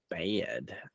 bad